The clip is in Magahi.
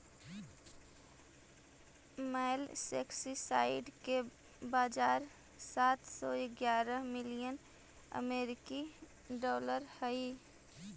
मोलस्कीसाइड के बाजार सात सौ ग्यारह मिलियन अमेरिकी डॉलर हई